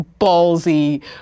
ballsy